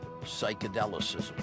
psychedelicism